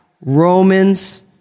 Romans